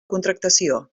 contractació